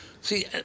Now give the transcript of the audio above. see